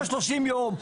יש לך שלושים יום,